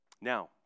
Now